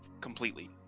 completely